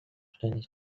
stainless